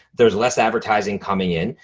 there's less advertising coming in.